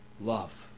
love